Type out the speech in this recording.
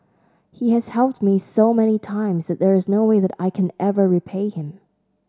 he has helped me so many times that there is no way that I can ever repay him